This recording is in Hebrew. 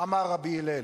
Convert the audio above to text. אמר רבי הלל,